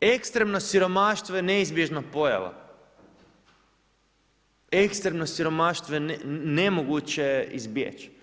ekstremno siromaštvo je neizbježna pojava, ekstremno siromaštvo je nemoguće izbjeći.